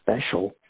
special